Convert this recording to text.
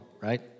right